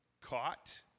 caught